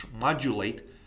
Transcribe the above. modulate